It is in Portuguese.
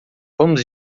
vamos